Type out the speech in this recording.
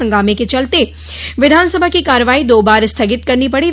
हंगामे के चलते विधानसभा की कार्यवाही दो बार स्थगित करनी पड़ी